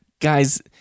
guys